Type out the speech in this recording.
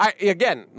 again